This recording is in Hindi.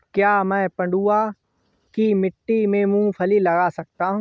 क्या मैं पडुआ की मिट्टी में मूँगफली लगा सकता हूँ?